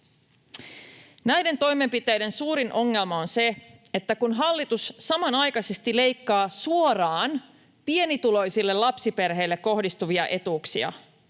Näiden toimenpiteiden suurin ongelma on se, että kun hallitus samanaikaisesti leikkaa suoraan pienituloisille lapsiperheille kohdistuvia etuuksia,